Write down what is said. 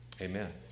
Amen